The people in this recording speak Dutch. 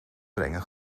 brengen